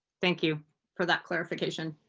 thank you for that clarification.